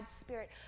spirit